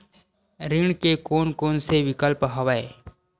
ऋण के कोन कोन से विकल्प हवय?